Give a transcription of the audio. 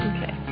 Okay